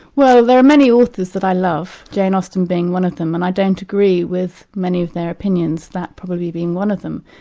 well, there are many authors that i love, jane austen being one of them, and i don't agree with many of their opinions, that probably being one of them.